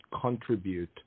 contribute